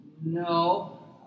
No